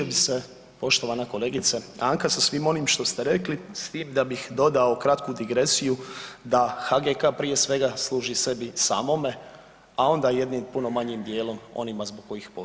Složio bih se poštovana kolegice Anka sa svim onim što ste rekli s tim da bih dodao kratku digresiju da HGK prije svega služi sebi samome, a onda jednim puno manjim dijelom onima zbog kojih postoji.